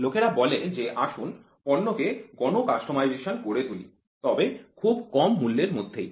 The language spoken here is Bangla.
লোকেরা বলে যে আসুন পণ্যকে গণ কাস্টমাইজেশন করে তুলি তবে খুব কম মূল্যর মধ্যেই